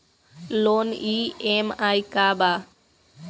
Loan EMI का बा?